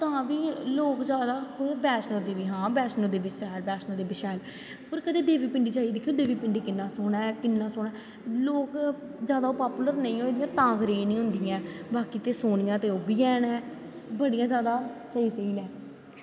तां बी लोेग जादा बैष्णो देबी हां बैष्णो देबी शैल हां बैष्णो देबी शैल पर कदैं देवी पिंडी जाइयै दिक्खेओ देवी पिंडी किन्ना सोह्ना ऐ किन्ना सोह्ना लोग जैदा पापूलर नेईं होए दी ऐ तां करियै निं होंदे हैं बाकी ते सोह्नियां ते ओह् बी ऐं बड़ियां जैदा स्हेई स्हेई न